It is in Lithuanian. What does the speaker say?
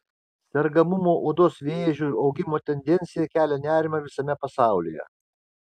sergamumo odos vėžiu augimo tendencija kelia nerimą visame pasaulyje